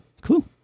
Cool